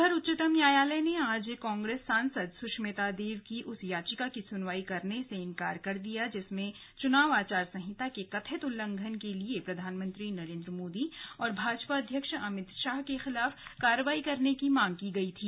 उधर उच्चतम न्यायालय ने आज कांग्रेस सांसद सुष्मिता देव की उस याचिका की सुनवाई करने से इंकार कर दिया जिसमें चुनाव आचार संहिता के कथित उल्लंघन के लिए प्रधानमंत्री नरेन्द्र मोदी और भाजपा अध्यक्ष अमित शाह के खिलाफ कार्रवाई करने की मांग की गयी थी